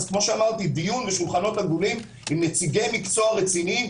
דיון בשולחנות עגולים עם נציגי מקצוע רציניים,